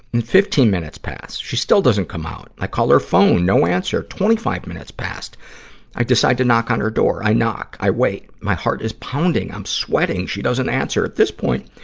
and fifteen minutes pass, she still doesn't come out. i call her phone, no answer. twenty-five minutes passed, and i decide to knock on her door. i knock i wait. my heart is pounding, i'm sweating, she doesn't answer. at this point,